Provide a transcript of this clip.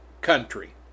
country